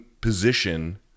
position